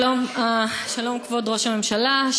שלום, שלום, כבוד ראש הממשלה.